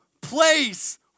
place